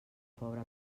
pobre